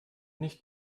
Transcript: nicht